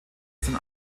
sein